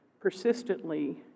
persistently